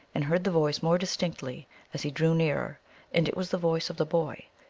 and heard the voice more distinctly as he drew nearer and it was the voice of the boy,